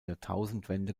jahrtausendwende